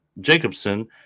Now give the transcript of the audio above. Jacobson